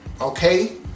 okay